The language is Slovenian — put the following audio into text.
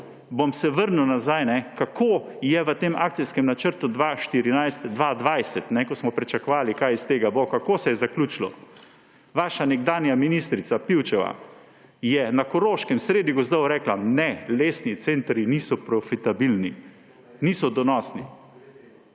bom vrnil nazaj, kako je v tem akcijskem načrtu 2014–2020, ko smo pričakovali, kaj iz tega bo. Kako se je zaključilo? Vaša nekdanja ministrica, Pivčeva, je na Koroškem sredi gozdov rekla: »Ne, lesni centri niso profitabilni, niso donosni.«